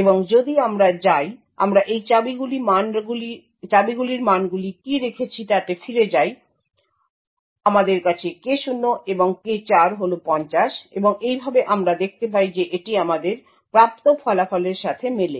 এবং যদি আমরা যাই আমরা এই চাবিগুলির মানগুলি কি রেখেছি তাতে ফিরে যাই আমাদের কাছে K0 এবং K4 হল 50 এবং এইভাবে আমরা দেখতে পাই যে এটি আমাদের প্রাপ্ত ফলাফলের সাথে মেলে